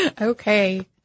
okay